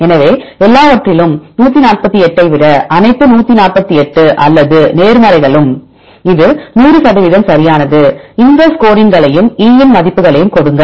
எனவே எல்லாவற்றிலும் 148 விட அனைத்து 148 அல்லது நேர்மறைகளும் இது 100 சதவீதம் சரியானது இந்த ஸ்கோரிங்களையும் E ன் மதிப்புகளையும் கொடுங்கள்